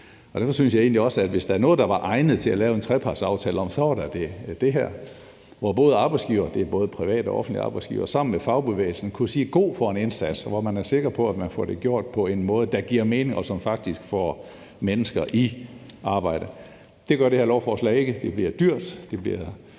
Derfor synes jeg egentlig også, at hvis der var noget, der var egnet til at lave en trepartsaftale om, var det da det her, hvor arbejdsgivere – det er både private og offentlige arbejdsgivere – sammen med fagbevægelsen kunne sige god for en indsats, hvor man er sikker på, at man får det gjort på en måde, der giver mening, og som faktisk får mennesker i arbejde. Det gør det her lovforslag ikke, det bliver dyrt,